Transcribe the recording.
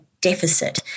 deficit